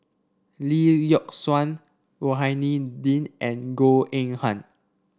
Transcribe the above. Lee Yock Suan Rohani Din and Goh Eng Han